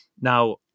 Now